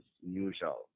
usual